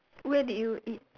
where did you eat